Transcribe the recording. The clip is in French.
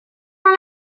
dans